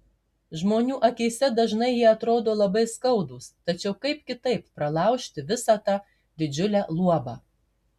žmonių akyse dažnai jie atrodo labai skaudūs tačiau kaip kitaip pralaužti visa tą didžiulę luobą